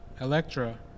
Electra